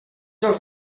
els